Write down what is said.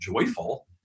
joyful